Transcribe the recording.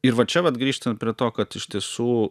ir va čia vat grįžtant prie to kad iš tiesų